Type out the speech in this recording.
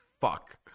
fuck